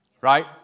Right